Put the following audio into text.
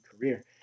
career